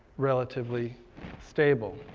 relatively stable.